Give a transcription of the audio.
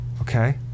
Okay